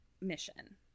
mission